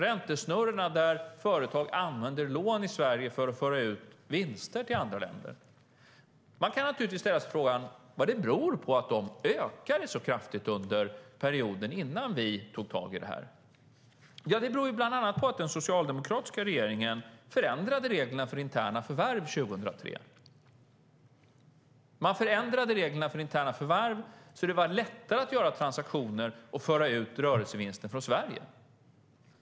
Där använder företag lån i Sverige för att föra ut vinster till andra länder. Man kan naturligtvis ställa sig frågan vad det berodde på att de ökade så kraftigt under perioden innan vi tog tag i detta. Det berodde bland annat på att den socialdemokratiska regeringen förändrade reglerna för interna förvärv 2003. Man förändrade reglerna för interna förvärv så att det var lättare att göra transaktioner och föra ut rörelsevinsten från Sverige.